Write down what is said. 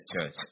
church